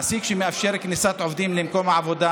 מעסיק שמאפשר כניסת עובדים למקום העבודה